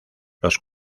los